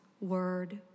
word